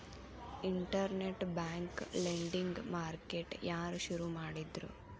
Internet bank lending market ಯಾರ್ ಶುರು ಮಾಡಿದ್ರು?